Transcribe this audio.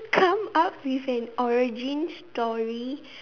come up with an origin story